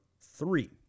Three